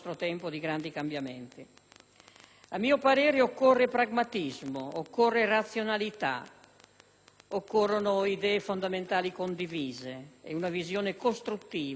A mio parere occorrono pragmatismo, razionalità, idee fondamentali condivise ed una visione costruttiva, non negativa del futuro.